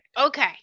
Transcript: Okay